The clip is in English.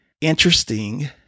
interesting